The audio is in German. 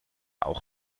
auch